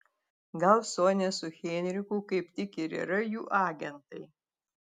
gal sonia su heinrichu kaip tik ir yra jų agentai